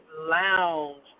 Lounge